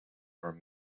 are